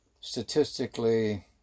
statistically